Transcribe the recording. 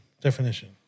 definition